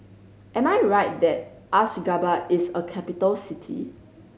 am I right that Ashgabat is a capital city